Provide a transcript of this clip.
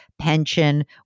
pension